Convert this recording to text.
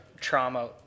trauma